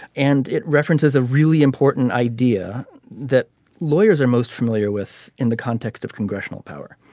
and it references a really important idea that lawyers are most familiar with in the context of congressional power.